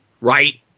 right